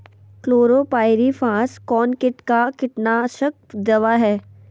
Chlorpyrifos कौन किट का कीटनाशक दवा है?